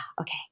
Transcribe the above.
okay